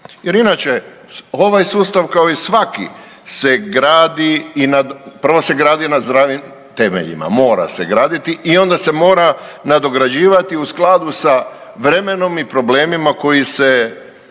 jer inače ovaj sustav kao i svaki se gradi, prvo se gradi na zdravim temeljima, mora se graditi i onda se mora nadograđivati u skladu sa vremenom i problemima koji se,